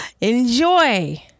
Enjoy